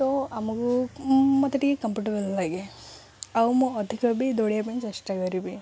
ତ ଆମକୁ ମୋତେ ଟିକେ କମ୍ଫର୍ଟେବୁଲ୍ ଲାଗେ ଆଉ ମୁଁ ଅଧିକ ବି ଦୌଡ଼ିବା ପାଇଁ ଚେଷ୍ଟା କରିବି